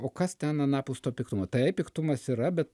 o kas ten anapus to piktumo taip piktumas yra bet